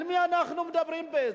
על מי אנחנו מדברים בעצם?